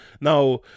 Now